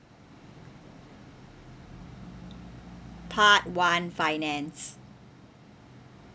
part one finance